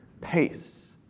pace